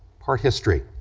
part history,